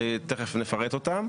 שתכף נפרט אותם,